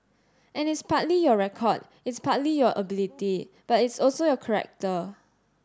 and it's partly your record it's partly your ability but it's also your character